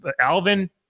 Alvin